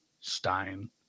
Stein